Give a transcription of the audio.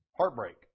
heartbreak